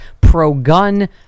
pro-gun